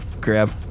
grab